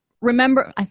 remember